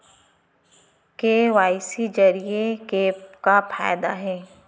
KYC जरिए के का फायदा हे?